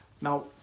Now